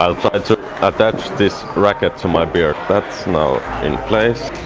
i'll try to attach this racket to my beard that's now in place